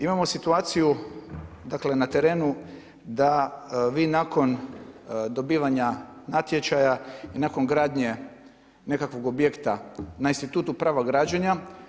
Imamo situaciju dakle na terenu da vi nakon dobivanja natječaja i nakon gradnje nekakvog objekta na institutu prava građenja.